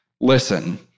Listen